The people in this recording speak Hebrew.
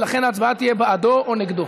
ולכן ההצבעה תהיה בעדו או נגדו.